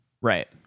Right